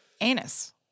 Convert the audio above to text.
anus